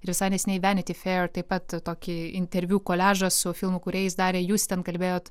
ir visai neseniai vanity fair taip pat tokį interviu koliažą su filmų kūrėjais darę jūs ten kalbėjot